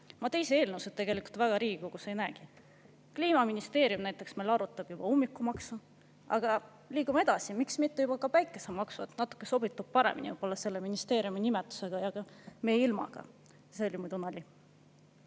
Ma teisi eelnõusid tegelikult väga Riigikogus ei näegi. Kliimaministeerium näiteks meil arutab juba ummikumaksu. Liigume edasi: miks mitte ka päikesemaksu? Natuke sobitub paremini võib-olla selle ministeeriumi nimetusega ja ka meie ilmaga. See oli, muide, nali.